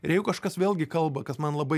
ir jeigu kažkas vėlgi kalba kad man labai